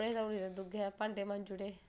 इक नै कपडे़ धोई ओड़े दुऐ ने भांडे मांजी ओड़े